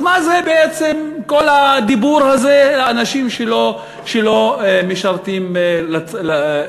אז מה זה בעצם כל הדיבור הזה על אנשים שלא משרתים בצבא?